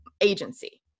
agency